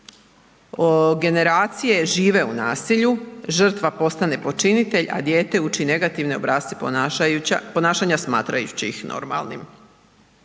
generacije žive u nasilju, žrtva postane počinitelj, a dijete uči negativne obrasce ponašanja smatrajući ih normalnim.